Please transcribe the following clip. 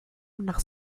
nach